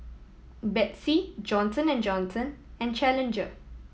Betsy Johnson and Johnson and Challenger